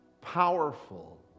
powerful